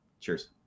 Cheers